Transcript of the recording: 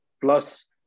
plus